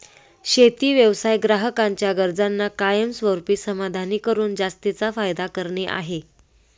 शेती व्यवसाय ग्राहकांच्या गरजांना कायमस्वरूपी समाधानी करून जास्तीचा फायदा करणे आहे